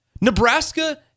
Nebraska